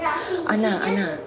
anak anak